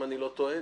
אם אני לא טועה.